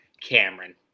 Cameron